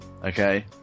Okay